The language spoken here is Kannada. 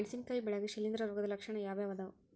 ಮೆಣಸಿನಕಾಯಿ ಬೆಳ್ಯಾಗ್ ಶಿಲೇಂಧ್ರ ರೋಗದ ಲಕ್ಷಣ ಯಾವ್ಯಾವ್ ಅದಾವ್?